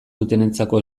dutenentzako